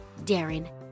Darren